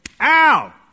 ow